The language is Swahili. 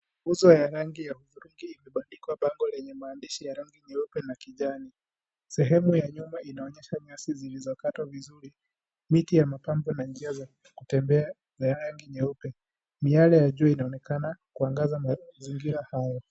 Uso ya rangi ya udhurungi umepandikwa bango lenye maandishi ya rangi nyeupe na kijani, sehemu ya nyuma inaonyesha nyasi zilizokatwa vizuri, miti ya mapambo na njia za kutembea ya rangi nyeupe miale ya juu imeonekana kuangaza mazingira haya.